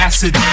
Acid